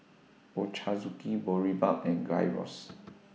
Ochazuke Boribap and Gyros